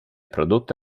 prodotto